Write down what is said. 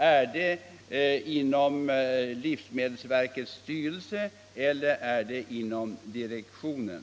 Är det inom livsmedelsverkets styrelse eller är det inom direktionen?